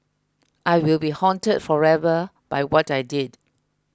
I will be haunted forever by what I did